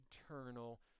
eternal